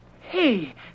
Hey